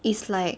is like